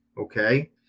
Okay